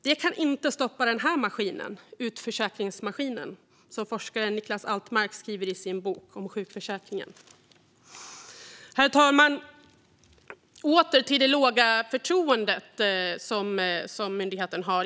Det kan inte stoppa den här maskinen, "utförsäkringsmaskinen", som forskaren Niklas Altermark skriver i sin bok om sjukförsäkringen. Herr talman! Jag återkommer till det låga förtroendet för myndigheten.